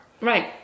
Right